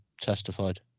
testified